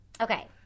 Okay